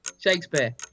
Shakespeare